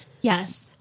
Yes